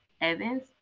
Evans